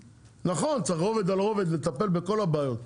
נכון, צריך רובד על רובד, ולטפל בכל הבעיות.